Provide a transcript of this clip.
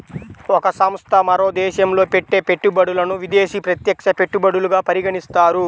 ఒక సంస్థ మరో దేశంలో పెట్టే పెట్టుబడులను విదేశీ ప్రత్యక్ష పెట్టుబడులుగా పరిగణిస్తారు